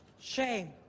Shame